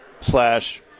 slash